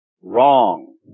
Wrong